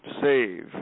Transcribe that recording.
save